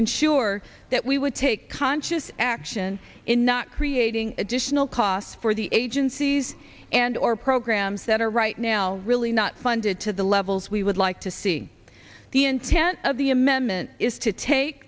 ensure that we would take conscious action in not creating additional costs for the agencies and our programs that are right now really not funded to the levels we would like to see the intent of the amendment is to take